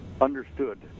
understood